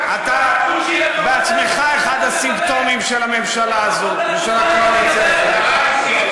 אתה בעצמך אחד הסימפטומים של הממשלה הזו ושל הקואליציה הזו.